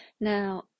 now